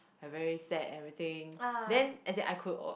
I very sad and everything then as in I could